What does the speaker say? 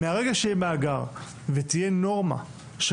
מהרגע שיהיה מאגר ותהיה נורמה של